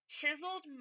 chiseled